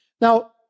Now